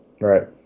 Right